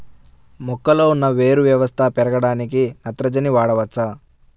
మొక్కలో ఉన్న వేరు వ్యవస్థ పెరగడానికి నత్రజని వాడవచ్చా?